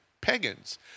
pagans